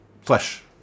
flesh